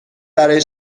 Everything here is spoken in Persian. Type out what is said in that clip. برای